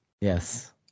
Yes